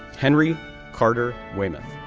henry carter wlymouth,